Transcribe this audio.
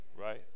right